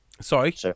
Sorry